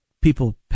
people